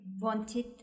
wanted